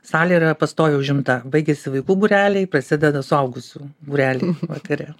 salė yra pastoviai užimta baigiasi vaikų būreliai prasideda suaugusių būreliai vakare